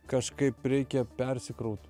kažkaip reikia persikraut